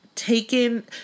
taken